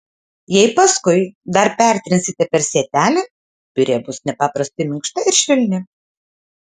jei paskui dar pertrinsite per sietelį piurė bus nepaprastai minkšta ir švelni